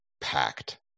packed